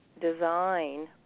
design